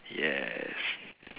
yes